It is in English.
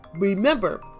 Remember